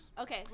Okay